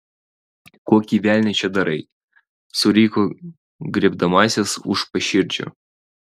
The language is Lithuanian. kokį velnią čia darai suriko griebdamasis už paširdžių